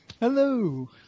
Hello